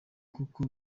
kuko